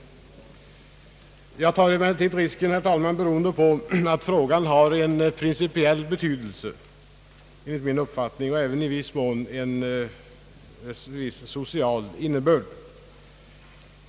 Jag tar emellertid risken, beroende på att denna fråga enligt min uppfattning har en principiell betydelse och även i viss mån en social innebörd.